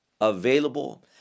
available